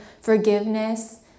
forgiveness